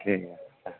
ঠিক আছে হ্যাঁ